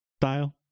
style